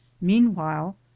Meanwhile